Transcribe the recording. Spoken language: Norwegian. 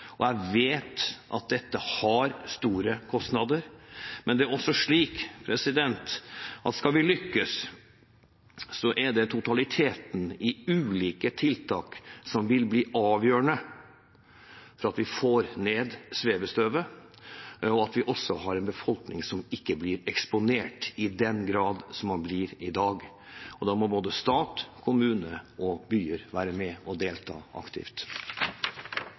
og jeg vet at dette vil bety store kostnader, men det er slik at skal vi lykkes, er det totaliteten av de ulike tiltakene som vil bli avgjørende for at vi får ned svevestøvet, og at vi får en befolkning som ikke blir eksponert i den grad som man blir i dag. Da må både stat og kommuner og byer vært med og delta aktivt.